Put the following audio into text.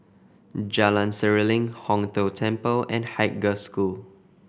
Jalan Seruling Hong Tho Temple and Haig Girls' School